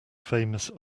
famous